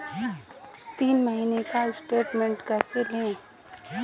तीन महीने का स्टेटमेंट कैसे लें?